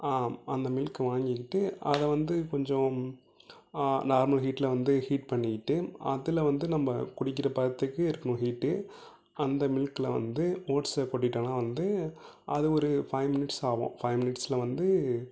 அந்த மில்க்கை வாங்கிக்கிட்டு அதை வந்து கொஞ்சம் நார்மல் ஹீட்டில் வந்து ஹீட் பண்ணிக்கிட்டு அதில் வந்து நம்ம குடிக்கிற பதத்துக்கு இருக்கணும் ஹீட்டு அந்த மில்க்கில் வந்து ஓட்ஸ்ஸை கொட்டிட்டேனா வந்து அது ஒரு ஃபை மினிட்ஸ் ஆகும் ஃபை மினிட்ஸில் வந்து